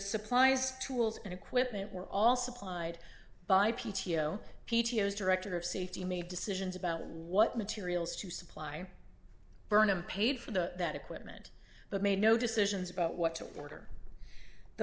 supplies tools and equipment were all supplied by p t o p t o s director of safety made decisions about what materials to supply burnham paid for the that equipment but made no decisions about what to order the